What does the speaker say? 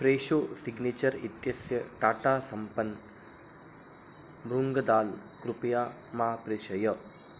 Fresho signature इत्यस्य टाटा सम्पन् मूङ्गदाल् कृपया मा प्रेषय